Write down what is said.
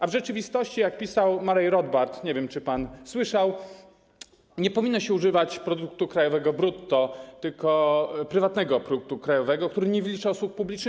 A w rzeczywistości, jak pisał Murray Rothbard - nie wiem, czy pan słyszał - nie powinno się używać produktu krajowego brutto, tylko prywatnego produktu krajowego, który nie wlicza usług publicznych.